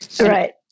Right